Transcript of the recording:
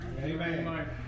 Amen